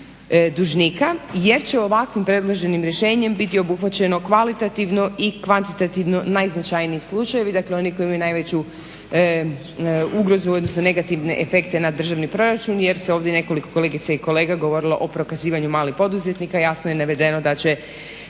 dužnika jer će ovakvim predloženim rješenjem biti obuhvaćeno kvalitativno i kvantitativno najznačajniji slučajevi, dakle oni koji imaju najveću ugrozu, odnosno negativne efekte na državni proračun jer je ovdje nekoliko kolegica i kolega govorilo o prokazivanju malih poduzetnika. I jasno je navedeno da će